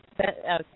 Okay